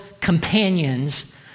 companions